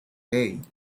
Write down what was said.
hey